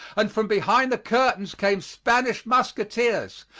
and from behind the curtains came spanish musqueteers,